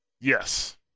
Yes